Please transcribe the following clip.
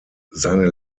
seine